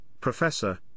professor